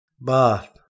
bath